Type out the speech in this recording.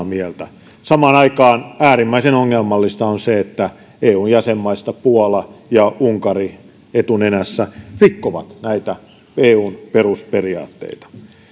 mieltä samaan aikaan äärimmäisen ongelmallista on se että eun jäsenmaista puola ja unkari etunenässä rikkovat näitä eun perusperiaatteita